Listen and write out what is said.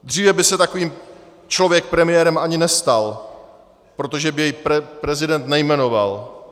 Dříve by se takový člověk premiérem ani nestal, protože by jej prezident nejmenoval.